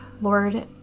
Lord